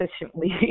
efficiently